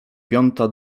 piąta